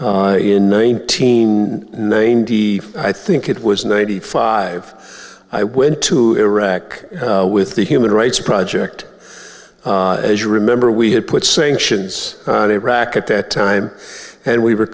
in nineteen ninety i think it was ninety five i went to iraq with the human rights project as you remember we had put sanctions on iraq at that time and we were